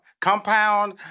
compound